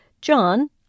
John